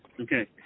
Okay